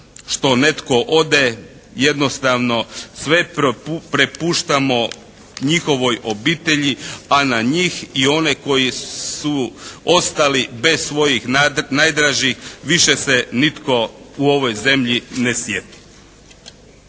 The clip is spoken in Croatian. što netko ode jednostavno sve prepuštamo njihovoj obitelji, a na njih i one koji su ostali bez svojih najdražih, više se nitko u ovoj zemlji ne sjeti.